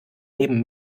neben